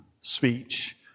speech